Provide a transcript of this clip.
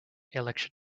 election